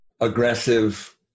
aggressive